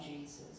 Jesus